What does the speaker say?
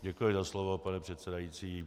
Děkuji za slovo, pane předsedající.